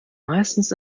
meistens